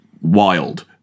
wild